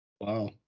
Wow